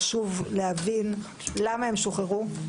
חשוב להבין למה הם שוחררו,